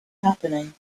happening